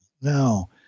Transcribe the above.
No